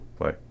Play